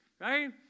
right